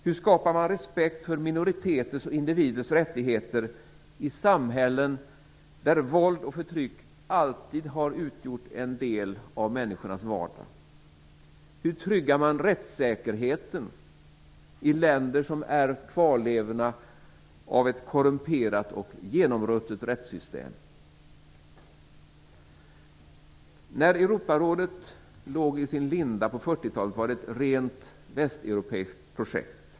Hur skapar man respekt för minoriteters och individers rättigheter i samhällen där våld och förtryck alltid har utgjort en del av människornas vardag? Hur tryggar man rättssäkerheten i länder som ärvt kvarlevorna av ett korrumperat och genomruttet rättssystem? När Europarådet låg i sin linda på 1940-talet var det ett rent västeuropeiskt projekt.